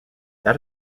that